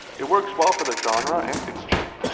it works well for the genre, and it's cheap.